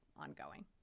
ongoing